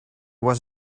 was